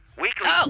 Weekly